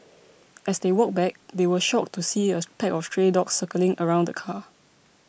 as they walked back they were shocked to see a pack of stray dogs circling around the car